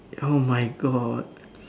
oh my God